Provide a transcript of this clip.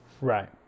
Right